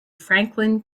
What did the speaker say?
franklin